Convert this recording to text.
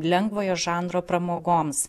lengvojo žanro pramogoms